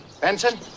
Benson